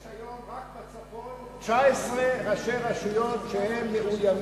יש היום רק בצפון 19 ראשי רשויות שהם מאוימים.